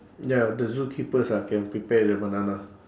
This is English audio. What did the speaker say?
ya the zookeepers ah can prepare the banana